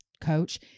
coach